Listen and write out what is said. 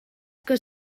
que